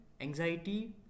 anxiety